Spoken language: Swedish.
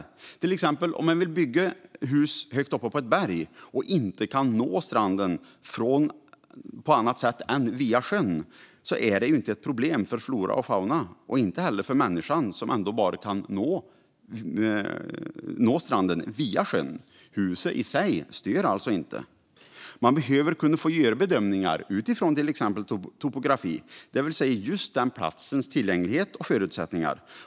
Om man till exempel vill bygga ett hus högt uppe på ett berg och inte kan nå stranden på annat sätt än via sjön är inte det ett problem för flora och fauna och inte heller för människan, som ändå bara kan nå stranden via sjön. Huset i sig stör alltså inte. Man behöver kunna få göra bedömningar utifrån till exempel topografi, det vill säga just den platsens tillgänglighet och förutsättningar.